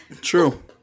True